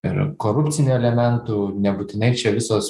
ir korupcinių elementų nebūtinai čia visos